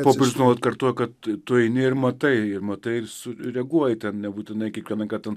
popiežius nuolat kartoja kad tu eini ir matai matai ir sureaguoji ten nebūtinai kiekvieną kartą